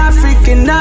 African